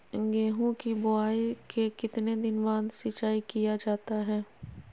गेंहू की बोआई के कितने दिन बाद सिंचाई किया जाता है?